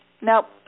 No